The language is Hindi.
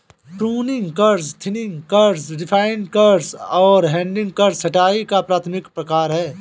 pruning cuts, thinning cuts, reduction cuts और हेडिंग कट्स छंटाई का प्राथमिक प्रकार हैं